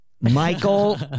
Michael